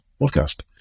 podcast